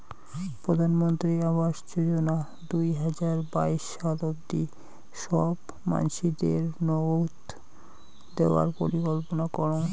প্রধানমন্ত্রী আবাস যোজনা দুই হাজার বাইশ সাল অব্দি সব মানসিদেরনৌগউ দেওয়ার পরিকল্পনা করং